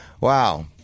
Wow